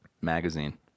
magazine